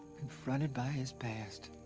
confronted by his past.